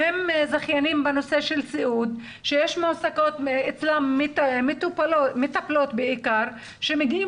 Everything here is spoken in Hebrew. יש חברות שהן זכייניות בנושא הסיעוד ויש להן מטפלות שמגיעות